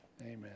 Amen